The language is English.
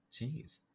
jeez